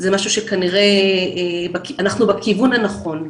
זה משהו שכנראה, אנחנו בכיוון הנכון,